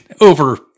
over